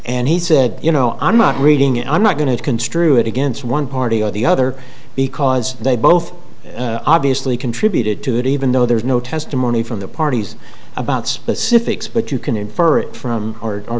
and he said you know i'm not reading it i'm not going to construe it against one party or the other because they both obviously contributed to it even though there's no testimony from the parties about specifics but you can